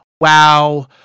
Wow